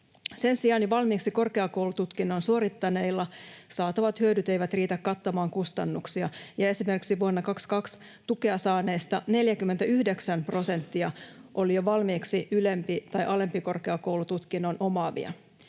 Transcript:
Sen sijaan jo valmiiksi korkeakoulututkinnon suorittaneilla saatavat hyödyt eivät riitä kattamaan kustannuksia. Esimerkiksi vuonna 22 tukea saaneista 49 prosenttia oli jo valmiiksi ylemmän tai alemman korkeakoulututkinnon omaavia.